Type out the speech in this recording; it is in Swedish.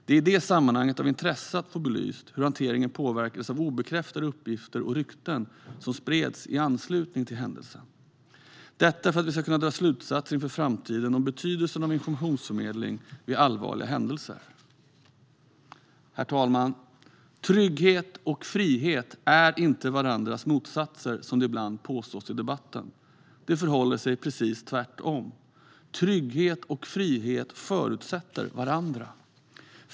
Det är i det sammanhanget av intresse att få belyst hur hanteringen påverkades av obekräftade uppgifter och rykten som spreds i anslutning till händelsen. Det är intressant för att vi ska kunna dra slutsatser inför framtiden av betydelsen av informationsförmedling vid allvarliga händelser. Herr talman! Trygghet och frihet är inte varandras motsatser, vilket ibland påstås i debatten. Det förhåller sig precis tvärtom. Trygghet och frihet förutsätter varandra.